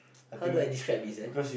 how do I describe this eh